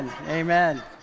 amen